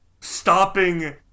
stopping